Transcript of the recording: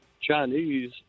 Chinese